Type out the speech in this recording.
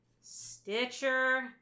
Stitcher